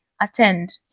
attend